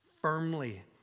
firmly